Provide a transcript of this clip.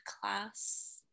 class